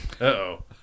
Uh-oh